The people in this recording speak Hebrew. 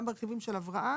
גם ברכיבים של הבראה.